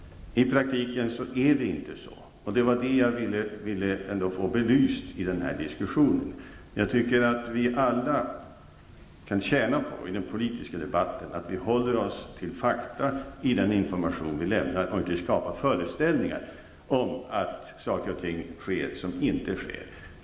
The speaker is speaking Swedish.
I praktiken är det inte så. Det var detta jag ville få belyst i den här diskussionen. I den politiska debatten kan vi alla tjäna på att vi håller oss till fakta i den information vi lämnar. Vi bör inte skapa föreställningar om att det sker saker och ting som sedan inte sker.